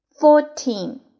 fourteen